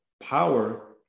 power